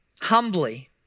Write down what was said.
humbly